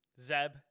Zeb